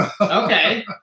okay